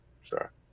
sure